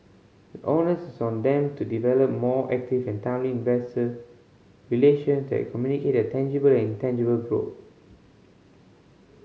the onus is on them to develop more active and timely investor relation that communicate their tangible and intangible growth